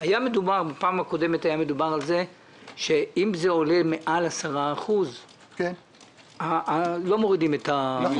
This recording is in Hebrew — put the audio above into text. בפעם הקודמת היה מדובר על כך שאם זה עולה מעל 10% לא מורידים את המכס.